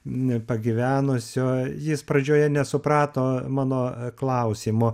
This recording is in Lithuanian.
n pagyvenusio jis pradžioje nesuprato mano klausimo